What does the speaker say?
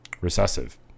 Recessive